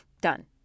Done